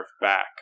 back